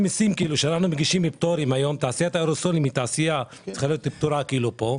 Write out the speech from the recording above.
תעשיית הפטורים היא תעשייה צריכה להיות פטורה פה,